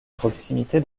proximité